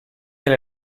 alle